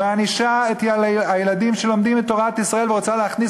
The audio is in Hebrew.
מענישה את הילדים שלומדים את תורת ישראל ורוצה להכניס